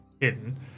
hidden